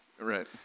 Right